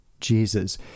Jesus